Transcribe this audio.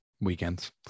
weekends